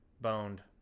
Boned